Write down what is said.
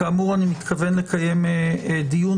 כאמור אני מתכוון לקיים דיון,